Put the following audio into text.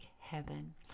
heaven